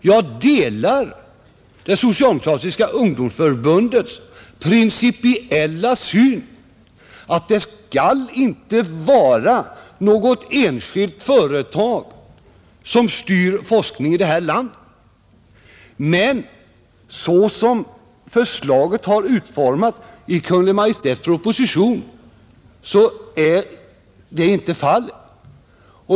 Jag delar det socialdemokratiska ungdomsförbundets principiella åsikt, att något enskilt företag inte skall styra forskningen i det här landet, men så som förslaget har utformats i Kungl. Maj:ts proposition är detta inte fallet.